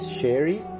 Sherry